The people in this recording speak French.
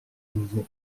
nouveau